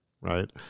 right